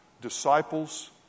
disciples